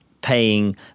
paying